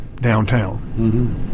downtown